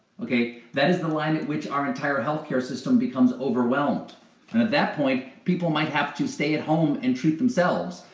that is the line at which our entire healthcare system becomes overwhelmed and, at that point, people might have to stay at home and treat themselves,